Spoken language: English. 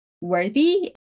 worthy